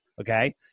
Okay